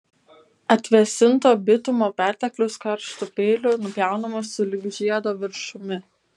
atvėsinto bitumo perteklius karštu peiliu nupjaunamas sulig žiedo viršumi